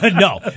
No